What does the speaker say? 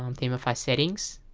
um themify settings